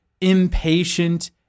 impatient